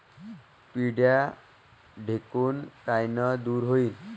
पिढ्या ढेकूण कायनं दूर होईन?